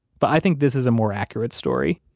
but i think this is a more accurate story.